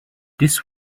this